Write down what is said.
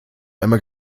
einmal